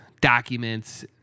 documents